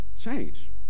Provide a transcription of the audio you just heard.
change